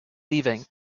leaving